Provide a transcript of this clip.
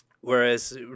Whereas